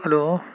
hello